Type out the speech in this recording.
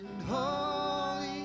holy